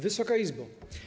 Wysoka Izbo!